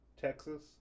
Texas